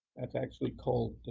that's actually called